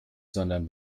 sondern